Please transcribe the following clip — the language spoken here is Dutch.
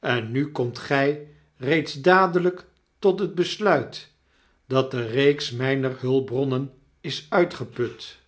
en nu komt gy reeds dadelyk tot het besluitdat de reeks myner hulpbronnen is uitgeput